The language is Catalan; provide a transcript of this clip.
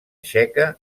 txeca